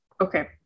Okay